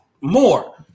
More